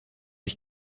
ich